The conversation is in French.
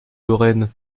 lorraine